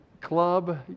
club